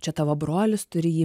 čia tavo brolis turi jį